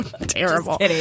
Terrible